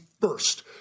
first